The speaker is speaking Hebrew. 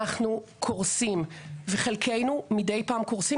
אנחנו קורסים וחלקנו מדי פעם קורסים